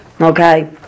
Okay